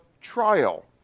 trial